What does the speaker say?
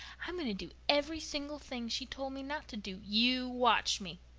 i'm going to do every single thing she told me not to do. you watch me.